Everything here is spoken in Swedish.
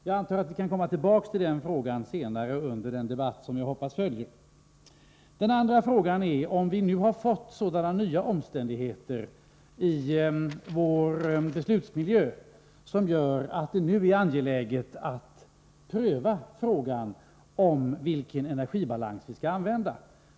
Jag antar att vi kan komma tillbaka till den frågan senare under den debatt som jag hoppas följer. Den andra frågan är om vi nu har fått sådana nya omständigheter i vår beslutsmiljö att det är angeläget att pröva frågan om vilken energibalans vi skall använda.